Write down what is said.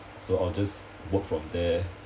so I'll just work from there